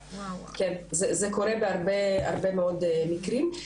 כן, זה קורה בהרבה מאוד מקרים.